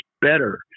better